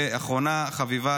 ואחרונה חביבה,